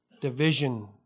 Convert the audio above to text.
division